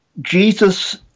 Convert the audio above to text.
Jesus